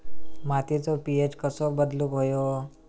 मातीचो पी.एच कसो बदलुक होयो?